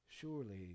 Surely